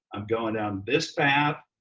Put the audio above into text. i'm going down this path.